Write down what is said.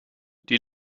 die